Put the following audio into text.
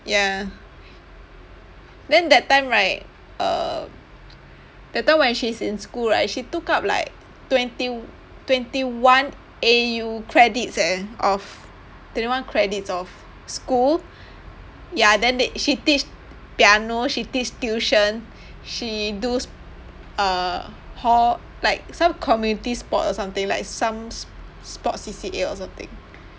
ya then that time right uh that time when she's in school right she took up like twenty twenty one A_U credits eh of twenty one credits of school ya then they she teach piano she teach tuition she do sp~ uh hall like some community sport or something like some s~ sport C_C_A or something